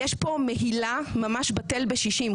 יש פה מהילה ממש בטל בשישים,